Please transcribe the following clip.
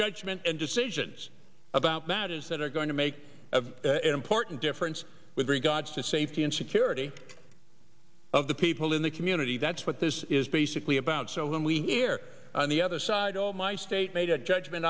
judgment and decisions about matters that are going to make an important difference with regards to safety and security of the people in the community that's what this is basically about so when we hear on the other side all my state made a judgment